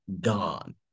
gone